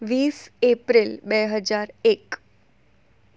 વીસ એપ્રિલ બે હજાર એક